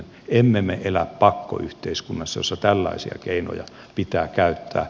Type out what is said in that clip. emme me elä pakkoyhteiskunnassa jossa tällaisia keinoja pitää käyttää